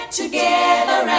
together